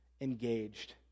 engaged